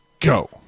go